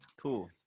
cool